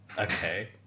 okay